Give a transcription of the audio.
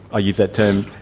i use that term,